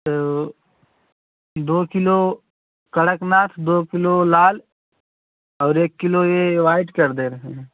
तो दो किलो कड़कनाथ दो किलो लाल और एक किलो ये वाइट कर दे रहे हैं